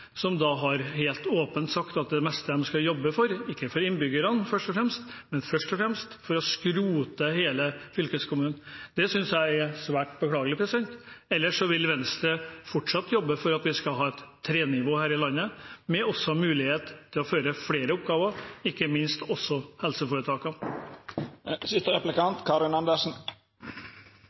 som helt åpent har sagt at det de først og fremst skal jobbe for, ikke er innbyggerne, men å skrote hele fylkeskommunen. Det synes jeg er svært beklagelig. Ellers vil Venstre fortsatt jobbe for at vi skal ha tre nivå her i landet, med mulighet til å gjøre flere oppgaver, ikke minst også helseforetakene.